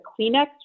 Kleenex